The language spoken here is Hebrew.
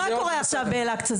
שניה, מה קורה עכשיו באל אקצה?